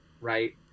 right